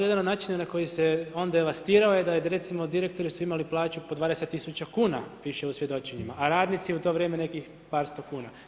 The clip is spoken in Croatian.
Jedan od načina na koji se on devastirao je da je recimo, direktori su imali plaću po 20 tisuća kuna, piše u svjedočenjima, a radnici u to vrijeme nekih par sto kuna.